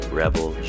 rebel